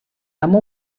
amb